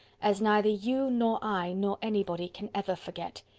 as neither you, nor i, nor anybody can ever forget.